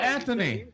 Anthony